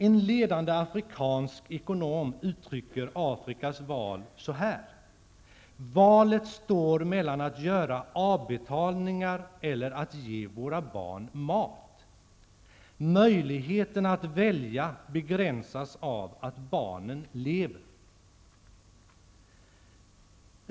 En ledande afrikansk ekonom uttrycker Afrikas val så här: Valet står mellan att göra avbetalningar eller att ge våra barn mat. Möjligheterna att välja begränsas av att barnen lever.